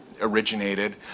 originated